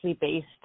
based